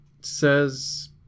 says